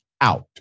out